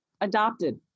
adopted